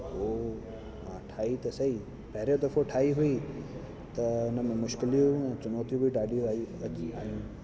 उहो मां ठाही त सही पहिरियों दफ़ो ठाही हुई त उन में मुश्किलियूं चुनौतियूं बि ॾाढियूं आयूं अची आहिनि